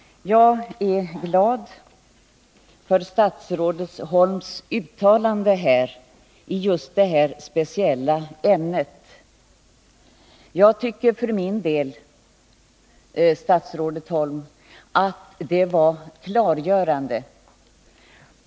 Statsrådet Holms uttalanden i detta speciella ämne gläder mig. Jag tycker att hennes svar är klargörande.